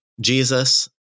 Jesus